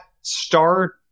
start